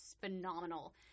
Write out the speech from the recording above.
phenomenal